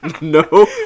No